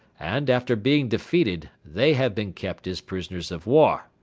and, after being defeated, they have been kept as prisoners of war.